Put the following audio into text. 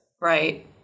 right